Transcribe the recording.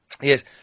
Yes